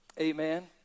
Amen